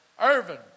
Irvin